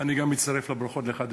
גם אני מצטרף לברכות לך,